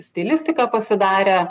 stilistiką pasidarę